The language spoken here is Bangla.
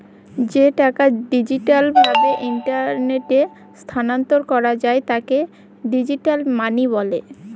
যে টাকা ডিজিটাল ভাবে ইন্টারনেটে স্থানান্তর করা যায় তাকে ডিজিটাল মানি বলে